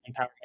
empowerment